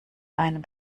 einem